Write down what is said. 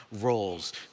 roles